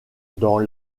dans